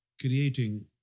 creating